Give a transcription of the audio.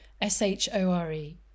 S-H-O-R-E